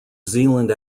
zealand